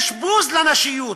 יש בוז לנשיות,